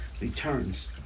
returns